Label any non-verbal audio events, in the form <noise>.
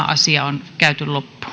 <unintelligible> asia on käyty